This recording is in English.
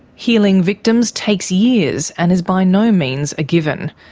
healing victims takes years and is by no means a given.